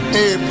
Hey